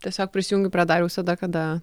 tiesiog prisijungiu prie dariaus tada kada